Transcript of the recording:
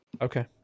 Okay